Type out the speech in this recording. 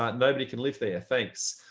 um nobody can live there. thanks.